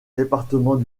département